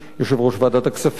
יושב-ראש ועדת הכספים,